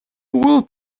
will